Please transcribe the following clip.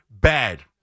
bad